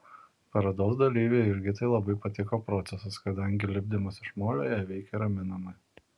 parodos dalyvei jurgitai labai patiko procesas kadangi lipdymas iš molio ją veikė raminamai